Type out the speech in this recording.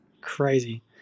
Crazy